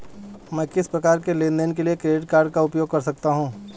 मैं किस प्रकार के लेनदेन के लिए क्रेडिट कार्ड का उपयोग कर सकता हूं?